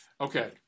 Okay